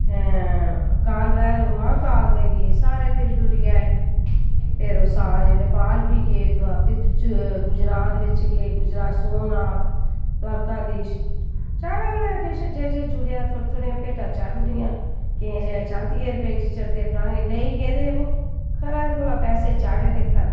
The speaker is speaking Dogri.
उत्थें काल भैरो म्हाकाल दे गे सारे फिरी टुरी आए फिर ओह् सारे नेपाल बी गे फिर गुजरात बिच गे गुजरात सोमनाथ द्वारकाधीश चाढ़ेआ बी ऐ किश जे किश जुड़ेआ थोह्ड़े थोह्ड़े भेटां चाढ़ी उड़ियां किश चांदिये दे रपेऽ चढ़दे फलाने लेई गेदे हे ब खरा एह्दे कोला पैसे चाढ़े दे खरा